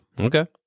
okay